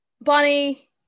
Bonnie